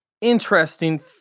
interesting